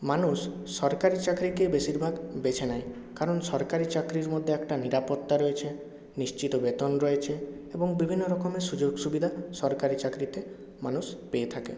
মানুষ সরকারি চাকরিকে বেশির ভাগ বেছে নেয় কারণ সরকারি চাকরির মধ্যে একটা নিরাপত্তা রয়েছে নিশ্চিত বেতন রয়েছে এবং বিভিন্ন রকমের সুযোগ সুবিধা সরকারি চাকরিতে মানুষ পেয়ে থাকে